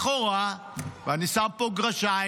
לכאורה, ואני שם פה גרשיים,